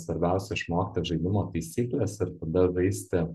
svarbiausia išmokti žaidimo taisykles ir tada žaisti